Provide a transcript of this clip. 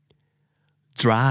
Drive